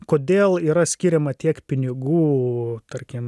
kodėl yra skiriama tiek pinigų tarkim